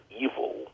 evil